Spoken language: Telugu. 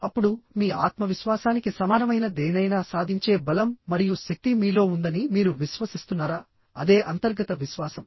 అప్పుడు మీ ఆత్మవిశ్వాసానికి సమానమైన దేనినైనా సాధించే బలం మరియు శక్తి మీలో ఉందని మీరు విశ్వసిస్తున్నారా అదే అంతర్గత విశ్వాసం